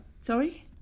sorry